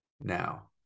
now